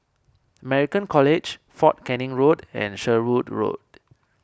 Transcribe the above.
American College fort Canning Road and Sherwood Road